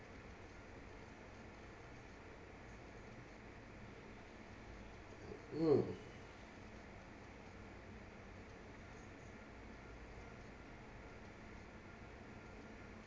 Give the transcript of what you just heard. mm